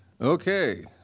okay